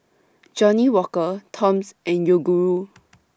Johnnie Walker Toms and Yoguru